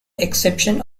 exception